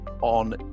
on